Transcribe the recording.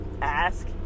ask